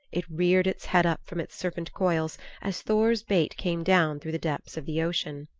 it reared its head up from its serpent coils as thor's bait came down through the depths of the ocean.